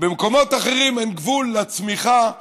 במקומות אחרים אין גבול לצמיחה ולעושר.